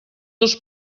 els